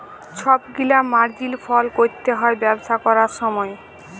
ছব গিলা মার্জিল ফল ক্যরতে হ্যয় ব্যবসা ক্যরার সময়